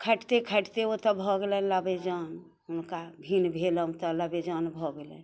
खटिते खटिते ओतऽ भऽ गेलै लबे जान हुनका भिन भेलौं तऽ लेबे जान भऽ गेलय